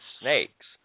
snakes